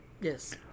Yes